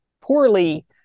poorly